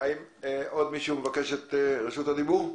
עוד מישהו רוצה את רשות הדיבור?